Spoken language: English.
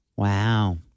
Wow